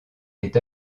est